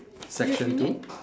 section two